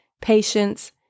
patience